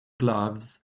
gloves